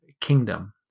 kingdom